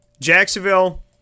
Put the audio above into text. Jacksonville